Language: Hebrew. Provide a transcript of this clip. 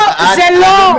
לא, זה לא.